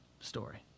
story